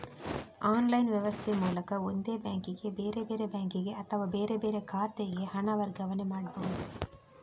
online ವ್ಯವಸ್ಥೆ ಮೂಲಕ ಒಂದೇ ಬ್ಯಾಂಕಿಗೆ, ಬೇರೆ ಬೇರೆ ಬ್ಯಾಂಕಿಗೆ ಅಥವಾ ಬೇರೆ ಬೇರೆ ಖಾತೆಗೆ ಹಣ ವರ್ಗಾವಣೆ ಮಾಡ್ಬಹುದು